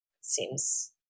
seems